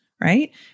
Right